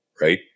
right